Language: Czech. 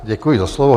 Děkuji za slovo.